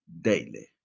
Daily